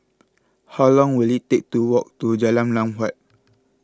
how long will it take to walk to Jalan Lam Huat